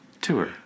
Tour